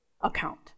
account